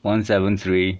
one seven three